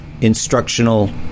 instructional